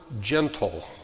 gentle